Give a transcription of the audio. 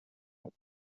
had